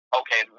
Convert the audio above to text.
okay